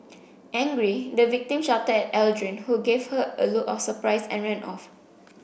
angry the victim shouted at Aldrin who gave her a look of surprise and ran off